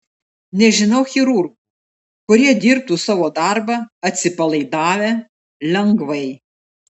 nežinau chirurgų kurie dirbtų savo darbą atsipalaidavę lengvai